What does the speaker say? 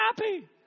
happy